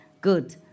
good